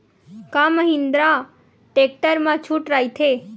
का महिंद्रा टेक्टर मा छुट राइथे?